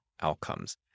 outcomes